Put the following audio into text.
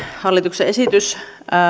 hallituksen esitys